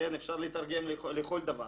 אפשר לתרגם לכל דבר,